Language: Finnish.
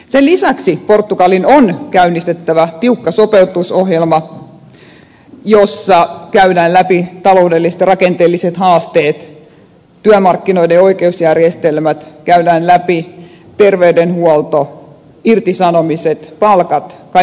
sen lisäksi portugalin on käynnistettävä tiukka sopeutusohjelma jossa käydään läpi taloudelliset ja rakenteelliset haasteet työmarkkinoiden oikeusjärjestelmät terveydenhuolto irtisanomiset palkat kaikki muut